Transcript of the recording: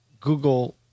Google